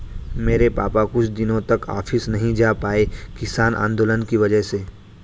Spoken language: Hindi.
मेरे पापा कुछ दिनों तक ऑफिस नहीं जा पाए किसान आंदोलन की वजह से